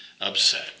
upset